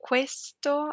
Questo